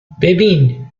ببین